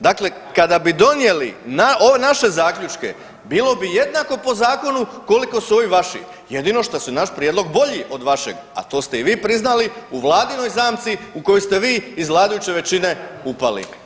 Dakle, kada bi donijeli naše zaključke bilo bi jednako po zakonu koliko su ovi vaši, jedino što je naš prijedlog bolji od vašeg, a to ste i vi priznali u vladinoj zamci u koju ste vi iz vladajuće većine upali.